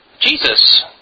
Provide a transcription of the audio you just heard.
Jesus